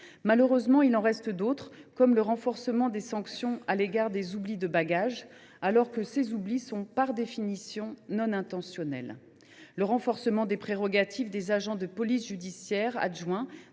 Malheureusement, il en reste d’autres. Je pense au renforcement des sanctions à l’égard des oublis de bagages, alors que ces oublis sont, par définition, non intentionnels, au renforcement des prérogatives des agents de police judiciaire adjoints